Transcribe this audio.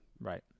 Right